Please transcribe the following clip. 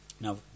Now